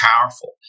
powerful